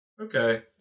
Okay